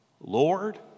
Lord